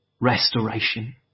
restoration